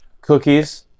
cookies